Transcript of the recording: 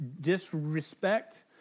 disrespect